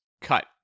cut